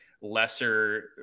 lesser